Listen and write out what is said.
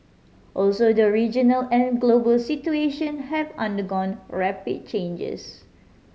also the regional and global situation have undergone rapid changes